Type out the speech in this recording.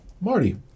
Marty